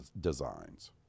designs